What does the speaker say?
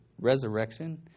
resurrection